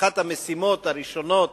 שאחת המשימות הראשונות